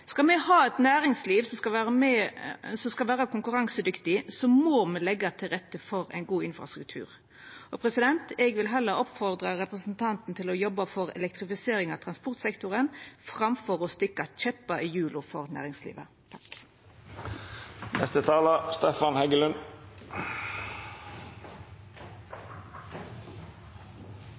Skal me ha eit næringsliv som skal vera konkurransedyktig, må me leggja til rette for ein god infrastruktur. Eg vil oppfordra representanten til å jobba for elektrifisering av transportsektoren framfor å stikka kjeppar i hjula for næringslivet.